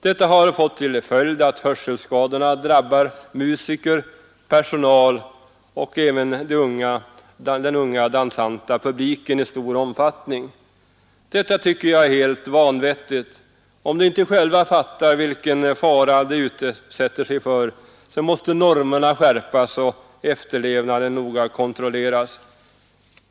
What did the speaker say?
Detta har fått till följd att hörselskadorna drabbar musiker, restaurangpersonal och även den unga, dansanta publiken i stor omfattning. Detta tycker jag är helt vanvettigt. Om de inte själva fattar vilken fara de utsätter sig för, måste normerna skärpas och efterlevnaden noga kontrolleras.